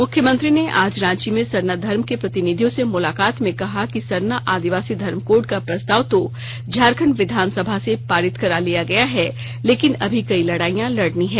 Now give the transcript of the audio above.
मुख्यमंत्री ने आज रांची में सरना धर्म के प्रतिनिधियों से मुलाकात में कहा कि सरना आदिवासी धर्मकोड का प्रस्ताव तो झारखंड विधानसभा से पारित करा लिया गया है लेकिन अभी कई लड़ाइयां लड़नी है